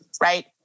right